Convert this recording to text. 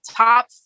Top